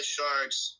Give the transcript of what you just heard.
Sharks